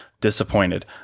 Disappointed